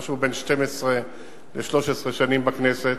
משהו בין 12 ל-13 שנים בכנסת,